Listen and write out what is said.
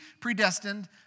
predestined